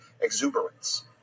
exuberance